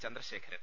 Chandrasekharan